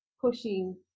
pushing